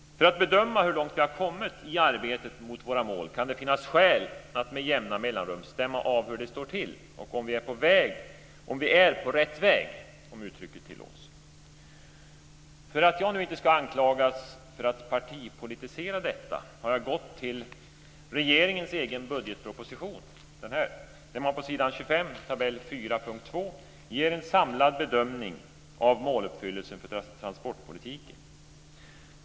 För att bedöma hur långt vi har kommit i arbetet mot våra mål kan det finnas skäl att med jämna mellanrum stämma av hur det står till och om vi är på rätt väg, om uttrycket tillåts. För att jag nu inte ska anklagas för att partipolitisera detta har jag gått till regeringens egen budgetproposition där man på s. 25 i tabell 4.2 ger en samlad bedömning av måluppfyllelsen för transportpolitiken.